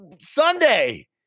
Sunday